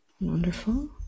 Wonderful